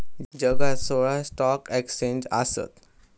जगात सोळा stock exchange आसत